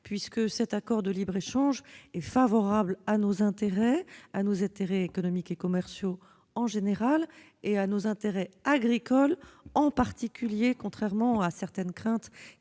au CETA. Cet accord de libre-échange est favorable à nos intérêts, à nos intérêts économiques et commerciaux en général, à nos intérêts agricoles en particulier, contrairement à certaines craintes